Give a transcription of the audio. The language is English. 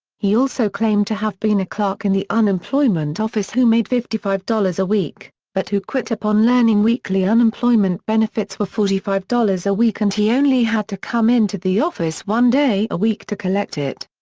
he also claimed to have been a clerk in the unemployment office who made fifty five dollars a week, but who quit upon learning weekly unemployment benefits were forty five dollars a week and he only had to come in to the office one day a week to collect it.